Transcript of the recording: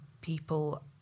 people